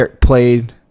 played